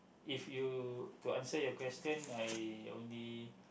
if you to answer your question I only